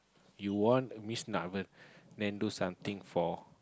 you want Miss then do something for